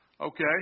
Okay